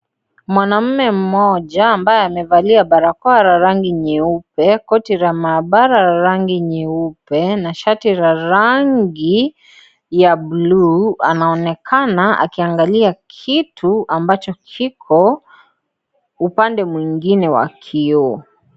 Mwanamume mmoja ambaye amevalia barakoa ya rangi nyeupe, koti la maabara la rangi nyeupe na shati la rangi ya buluu anaonekana akiangalia kitu ambacho kiko upande mwingine wa kioo.